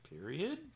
period